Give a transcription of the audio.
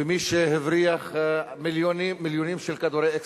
ומי שהבריח מיליונים של כדורי "אקסטזי"?